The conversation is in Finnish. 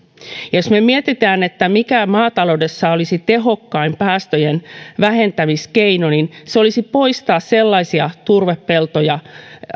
jos me mietimme mikä maataloudessa olisi tehokkain päästöjen vähentämiskeino niin se olisi poistaa käytöstä sellaisia turvepeltoja